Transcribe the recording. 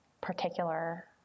particular